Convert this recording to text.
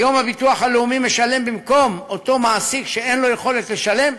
היום הביטוח הלאומי משלם במקום אותו מעסיק שאין לו יכולת לשלם.